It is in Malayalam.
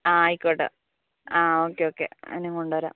ആ ആയിക്കോട്ടെ ആ ഓക്കെ ഓക്കെ അവനേയും കൊണ്ട് വരാം